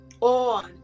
on